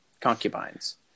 concubines